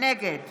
נגד